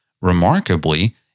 Remarkably